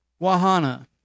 Wahana